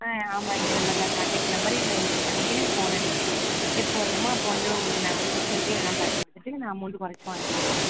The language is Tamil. ஆ ஆமாம் இந்த நம்பர்தான் கான்டக்ட் நம்பர் இதில் நீங்கள் பண்ணிவிட்டு எனக்கு ஃபோன் அடியுங்க எப்போ வரணுமோ அப்போது வந்து உங்களுக்கு நான் உங்கள் சிஸ்டருக்கு எல்லாம் பண்ணி கொடுத்துட்டு நான் அமௌண்ட் குறைச்சி வாங்கிக்கிறேன்